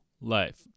life